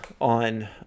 on